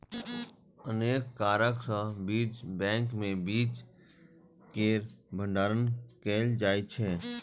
अनेक कारण सं बीज बैंक मे बीज केर भंडारण कैल जाइ छै